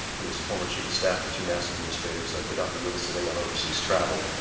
who was a former chief of staff to two nasa administrators could not be with us today on overseas travel,